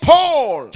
Paul